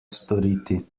storiti